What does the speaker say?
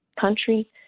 country